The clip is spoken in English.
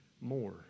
more